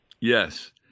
Yes